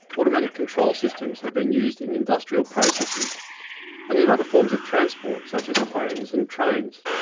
automatic control systems have been used in industrial processes and in other forms of transport, such as planes and trains.